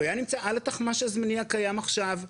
הוא היה נמצא על התחמ"ש הזמני הקיים עכשיו.